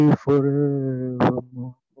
forevermore